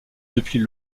depuis